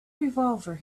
revolver